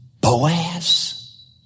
Boaz